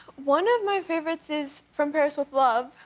one of my favorites is from paris with love.